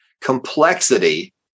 complexity